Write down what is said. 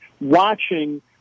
watching